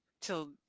till